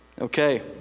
Okay